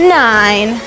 nine